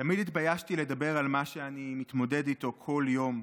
תמיד התביישתי לדבר על מה שאני מתמודד איתו כל יום,